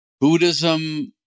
Buddhism